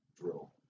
drill